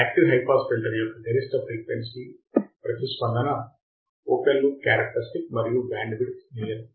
active high pass filter యొక్క గరిష్ట frequency యొక్క ప్రతి స్పందన ఓపెన్ లూప్ క్యారెక్టరిస్టిక్ మరియు బ్యాండ్ విడ్త్ నియంత్రిస్తాయి